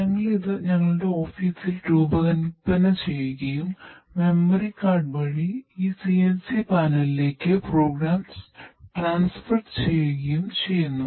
ഞങ്ങൾ ഇത് ഞങ്ങളുടെ ഓഫീസിൽ ചെയ്യുന്നു